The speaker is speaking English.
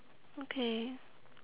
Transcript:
okay